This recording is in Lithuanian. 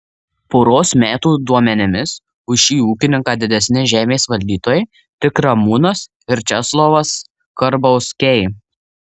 poros metų duomenimis už šį ūkininką didesni žemės valdytojai tik ramūnas ir česlovas karbauskiai